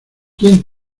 quién